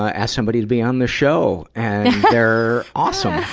ah, ask somebody to be on the show, and they're awesome.